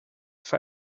for